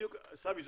סמי,